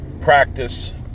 practice